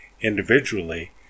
Individually